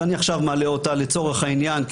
שאני עכשיו מעלה אותה לצורך העניין,